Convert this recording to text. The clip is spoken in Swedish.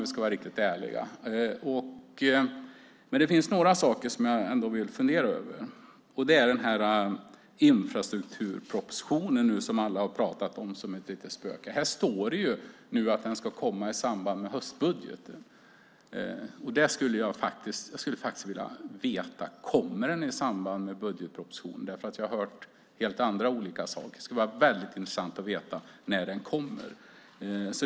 Det finns några saker jag funderar över, till exempel infrastrukturpropositionen som alla har pratat om som ett litet spöke. Här står att den ska komma i samband med höstbudgeten. Jag skulle vilja veta om den gör det. Jag har nämligen hört helt andra saker. Det skulle vara väldigt intressant att veta när den kommer.